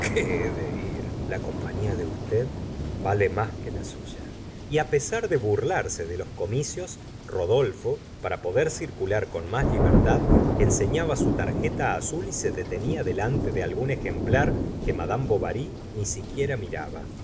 de ir la compañía de usted vale más que la suya y á pesar de burlarse de los comicios rodolfo para poder circular con más libertad enseñaba su tarjeta azul y se detenía delante de algún ejemplar que madame bovary ni siquiera miraba